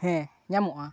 ᱦᱮᱸ ᱧᱟᱢᱚᱜᱼᱟ